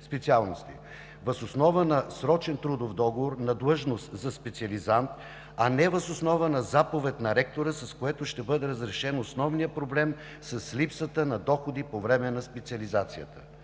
специалности – въз основа на срочен трудов договор на длъжност за специализант, а не въз основа на заповед на ректора, с което ще бъде разрешен основният проблем с липсата на доходи по време на специализацията.